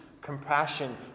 compassion